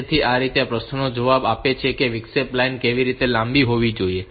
તેથી આ રીતે આ પ્રશ્નનો જવાબ આપે છે કે વિક્ષેપ લાઈન કેટલી લાંબી હોવી જોઈએ